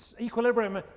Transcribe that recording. equilibrium